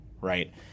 right